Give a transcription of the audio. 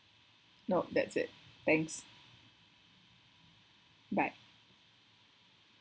nope that's it thanks bye